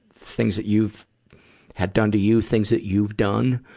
things that you've had done to you, things that you've done.